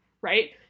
Right